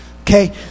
okay